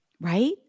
Right